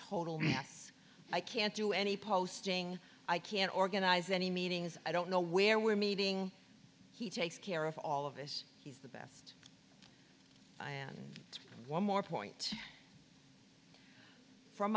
s i can't do any posting i can't organize any meetings i don't know where we're meeting he takes care of all of this he's the man one more point from